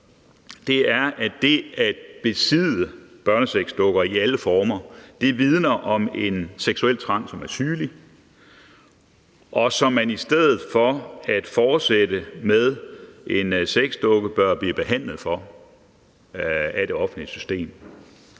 er, at det at besidde børnesexdukker i alle former vidner om en seksuel trang, som er sygelig, og i stedet for at fortsætte med en sexdukke bør man blive behandlet for sygdommen af det offentlige system.